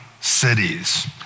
cities